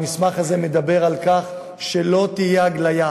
המסמך הזה מדבר על כך שלא תהיה הגליה,